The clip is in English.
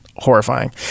Horrifying